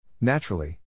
Naturally